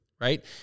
right